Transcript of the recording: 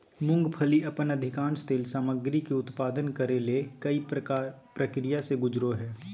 मूंगफली अपन अधिकांश तेल सामग्री के उत्पादन करे ले कई प्रक्रिया से गुजरो हइ